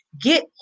get